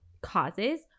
causes